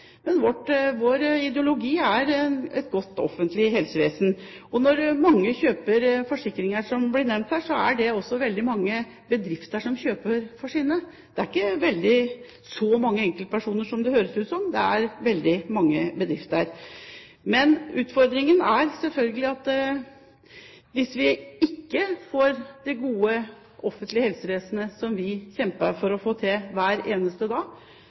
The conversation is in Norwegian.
vår ideologi er et godt, offentlig helsevesen. Mange kjøper forsikringer, som det ble nevnt her, men det er også veldig mange bedrifter som kjøper for sine ansatte. Det er ikke så mange enkeltpersoner som det høres ut som, det er veldig mange bedrifter. Utfordringen er selvfølgelig at hvis vi ikke får det gode, offentlige helsevesenet som vi hver eneste dag kjemper for å få til,